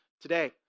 today